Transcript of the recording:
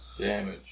Damage